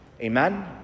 Amen